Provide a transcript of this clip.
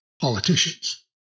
politicians